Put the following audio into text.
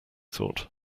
thought